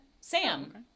Sam